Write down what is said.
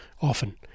often